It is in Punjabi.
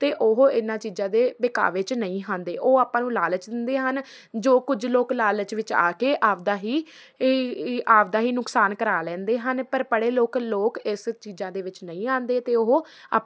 ਅਤੇ ਉਹ ਇਹਨਾਂ ਚੀਜ਼ਾਂ ਦੇ ਬਹਿਕਾਵੇ 'ਚ ਨਹੀਂ ਆਉਂਦੇ ਉਹ ਆਪਾਂ ਨੂੰ ਲਾਲਚ ਦਿੰਦੇ ਹਨ ਜੋ ਕੁਝ ਲੋਕ ਲਾਲਚ ਵਿੱਚ ਆ ਕੇ ਆਪਦਾ ਹੀ ਆਪਦਾ ਹੀ ਨੁਕਸਾਨ ਕਰਵਾ ਲੈਂਦੇ ਹਨ ਪਰ ਪੜ੍ਹੇ ਲੋਕ ਲੋਕ ਇਸ ਚੀਜ਼ਾਂ ਦੇ ਵਿੱਚ ਨਹੀਂ ਆਉਂਦੇ ਅਤੇ ਉਹ ਆਪ